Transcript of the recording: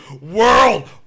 world